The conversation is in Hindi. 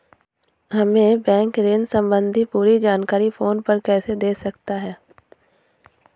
हमें बैंक ऋण संबंधी पूरी जानकारी फोन पर कैसे दे सकता है?